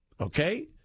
Okay